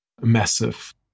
massive